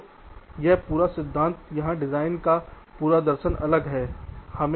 तो यह पूरा सिद्धांत यहां डिजाइन का पूरा दर्शन अलग है